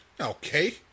Okay